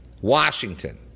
Washington